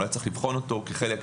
אולי צריך לבחון אותו כחלק,